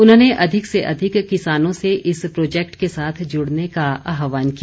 उन्होंने अधिक से अधिक किसानों से इस प्रॉजेक्ट के साथ जुड़ने का आह्वान किया